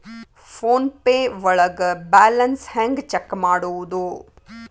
Phone pay ಒಳಗ balance ಹೆಂಗ್ check ಮಾಡುವುದು?